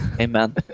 Amen